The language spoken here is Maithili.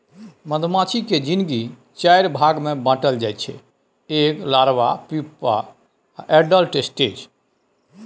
मधुमाछी केर जिनगी चारि भाग मे बाँटल जाइ छै एग, लारबा, प्युपल आ एडल्ट स्टेज